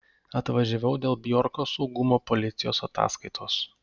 atvažiavau dėl bjorko saugumo policijos ataskaitos